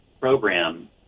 program